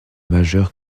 majeur